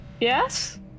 yes